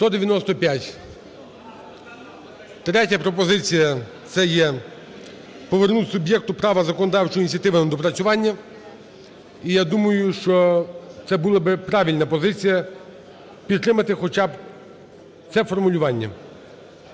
Третя пропозиція - це є повернути суб'єкту права законодавчої ініціативи на доопрацювання. І я думаю, що це була би правильна позиція підтримати хоча б це формулювання.